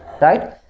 right